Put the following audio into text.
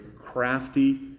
crafty